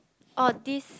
oh this